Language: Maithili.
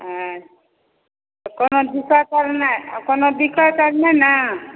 हँ तऽ कोनो दिक्कत आओर कोनो दिक्कत आओर नहि ने